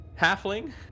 Halfling